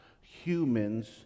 humans